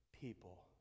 people